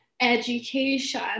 education